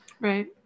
Right